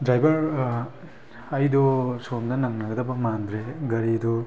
driver ꯑꯩꯗꯣ ꯁꯣꯝꯗ ꯅꯪꯅꯒꯗꯕ ꯃꯟꯗꯔꯦ ꯒꯥꯔꯤꯗꯣ